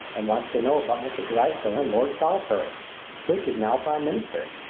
and wants to know about mr. gladstone and lord salisbury which is now prime minister?